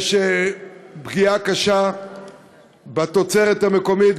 יש פגיעה קשה בתוצרת המקומית,